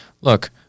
look